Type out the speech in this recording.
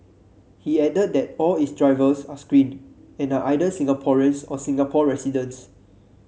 he added that all its drivers are screened and are either Singaporeans or Singapore residents